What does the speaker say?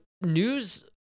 news